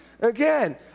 Again